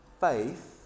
faith